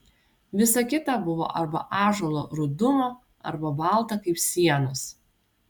visa kita buvo arba ąžuolo rudumo arba balta kaip sienos